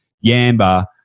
Yamba